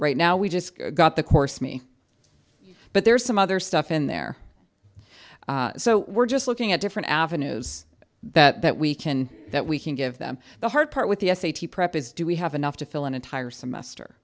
right now we just got the course me but there's some other stuff in there so we're just looking at different avenues that we can that we can give them the hard part with the s a t prep is do we have enough to fill an entire semester